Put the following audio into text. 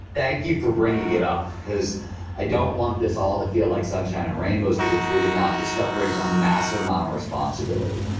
thank you for bringing it up because i don't want this all to feel like sunshine and rainbows because it's really not. this stuff brings a massive amount of responsibility.